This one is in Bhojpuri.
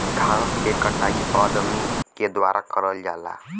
घास के कटाई अदमी के द्वारा करल जाला